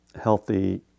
healthy